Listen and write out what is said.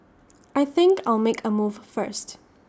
I think I'll make A move first